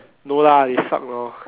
no lah they suck lor